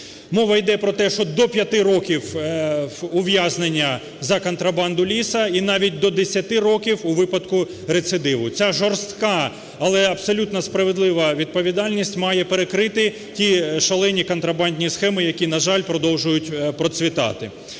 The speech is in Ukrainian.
Мова йде про те, що до 5 років ув'язнення за контрабанду лісу і навіть до 10 років у випадку рецидиву. Ця жорстка, але абсолютно справедлива відповідальність, має перекрити ті шалені контрабандні схеми, які, на жаль, продовжують процвітати.